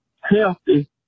healthy